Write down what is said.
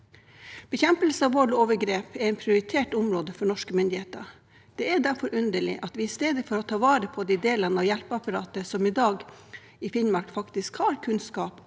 Bekjempelse av vold og overgrep er et prioritert område for norske myndigheter. Det er derfor underlig at vi i stedet for å ta vare på de delene av hjelpeapparatet i Finnmark som i dag faktisk har kunnskap